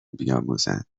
بیاموزند